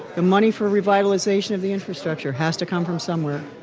the money for a revitalization of the infrastructure has to come from somewhere.